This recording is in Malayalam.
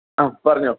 അ പറഞ്ഞോ